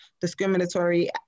discriminatory